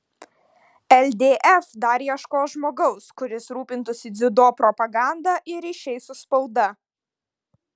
ldf dar ieškos žmogaus kuris rūpintųsi dziudo propaganda ir ryšiais su spauda